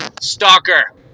stalker